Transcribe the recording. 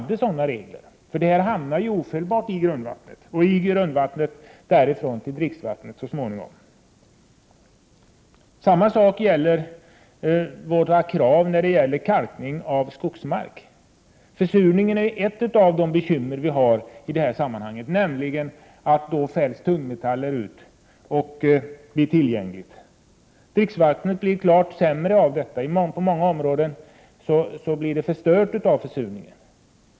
De kemikalier som finns i sammet hamnar ofelbart i grundvattnet och därifrån så småningom i dricksvattnet. Samma sak gäller i fråga om centerns krav i samband med kalkning av skogsmark. Försurningen i marken är ett bekymmer — då fälls tungmetaller ut och blir tillgängliga. Dricksvattnet blir klart sämre av försurningen och i vissa områden helt förstört.